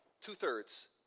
two-thirds